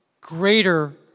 greater